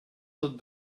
tot